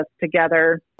together